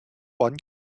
one